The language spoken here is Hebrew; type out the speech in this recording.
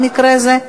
במקרה הזה,